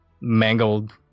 mangled